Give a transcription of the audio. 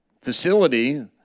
facility